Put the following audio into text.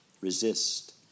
Resist